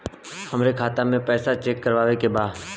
हमरे खाता मे पैसा चेक करवावे के बा?